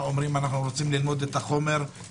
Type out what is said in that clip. אומרים: אנחנו רוצים ללמוד את החומר,